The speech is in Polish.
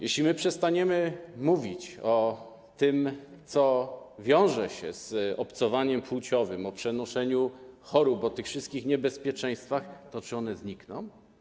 Jeśli przestaniemy mówić o tym, co wiąże się z obcowaniem płciowym, o przenoszeniu chorób, o tych wszystkich niebezpieczeństwach, to czy one znikną?